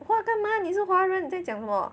!wah! 干吗你是华人你在讲什么